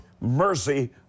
Mercy